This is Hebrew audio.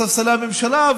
בספסלי הממשלה,